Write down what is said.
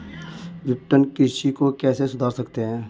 विपणन कृषि को कैसे सुधार सकते हैं?